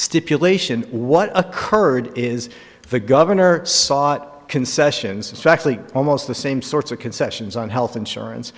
stipulation what occurred is the governor sought concessions especially almost the same sorts of concessions on health insurance